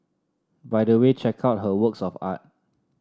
by the way check out her works of art